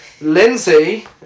Lindsay